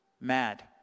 mad